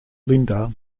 linda